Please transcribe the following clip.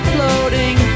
Floating